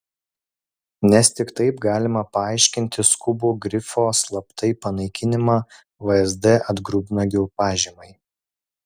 nes tik taip galima paaiškinti skubų grifo slaptai panaikinimą vsd atgrubnagių pažymai